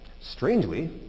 strangely